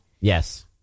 yes